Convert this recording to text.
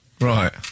Right